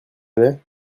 aimaient